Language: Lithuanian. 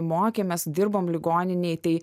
mokėmės dirbom ligoninėj tai